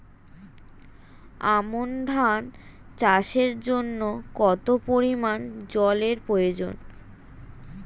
আমন ধান চাষের জন্য কত পরিমান জল এর প্রয়োজন?